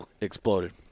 exploded